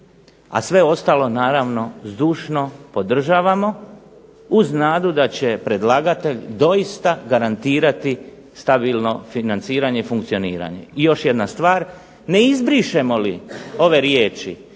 a sve ostalo naravno zdušno podržavamo uz nadu da će predlagatelj doista garantirati stabilno financiranje i funkcioniranje. I još jedna stvar, ne izbrišemo li ove riječi